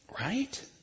Right